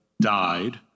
died